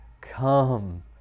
Come